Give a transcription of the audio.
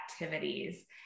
activities